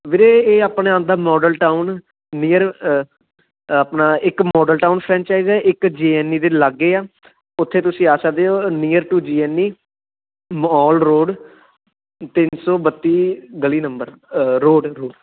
ਵੀਰੇ ਇਹ ਆਪਣੇ ਆਉਂਦਾ ਮੋਡਲ ਟਾਊਨ ਨੀਅਰ ਆਪਣਾ ਇੱਕ ਮੋਡਲ ਟਾਊਨ ਫ੍ਰੈਂਚਾਇਸ ਹੈ ਇੱਕ ਜੀ ਐਨ ਈ ਦੇ ਲਾਗੇ ਆ ਉੱਥੇ ਤੁਸੀਂ ਆ ਸਕਦੇ ਹੋ near to G N E mall road ਤਿੰਨ ਸੌ ਬੱਤੀ ਗਲੀ ਨੰਬਰ ਰੋਡ ਰੋ